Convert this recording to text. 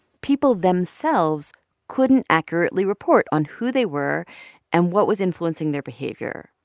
people themselves couldn't accurately report on who they were and what was influencing their behavior.